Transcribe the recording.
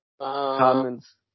Comments